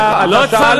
אתה שאלת וסגן שר האוצר,